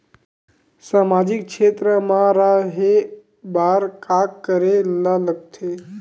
सामाजिक क्षेत्र मा रा हे बार का करे ला लग थे